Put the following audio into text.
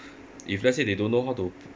if let's say they don't know how to